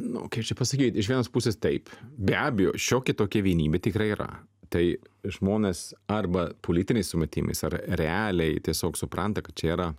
nu kaip čia pasakyt iš vienos pusės taip be abejo šiokia tokia vienybė tikrai yra tai žmonės arba politiniais sumetimais ar realiai tiesiog supranta kad čia yra